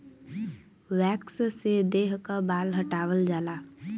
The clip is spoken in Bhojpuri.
वैक्स से देह क बाल हटावल जाला